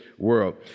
world